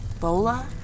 Bola